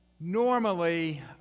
Normally